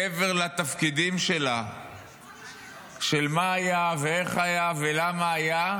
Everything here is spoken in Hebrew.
מעבר לתפקידים שלה של מה היה ואיך היה ולמה היה,